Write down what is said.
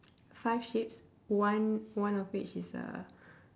five sheeps one one of which is a